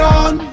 on